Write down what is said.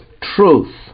truth